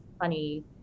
funny